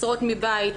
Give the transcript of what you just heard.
משרות מבית,